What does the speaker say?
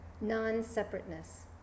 non-separateness